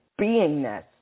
beingness